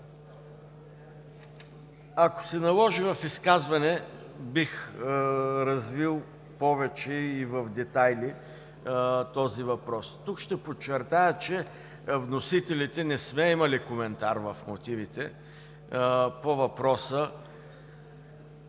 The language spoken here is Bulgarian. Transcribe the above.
Ако се наложи, в изказване бих развил повече и в детайли този въпрос. Тук ще подчертая, че вносителите не сме имали коментар в мотивите по въпроса